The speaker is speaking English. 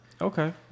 Okay